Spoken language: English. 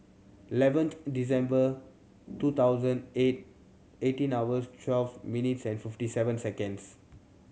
eleventh December two thousand eight eighteen hours twelve minutes fifty seven seconds